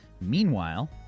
Meanwhile